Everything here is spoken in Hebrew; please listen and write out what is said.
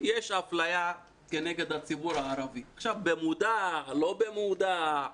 יש אפליה כנגד הציבור הערבי, במודע, לא במודע.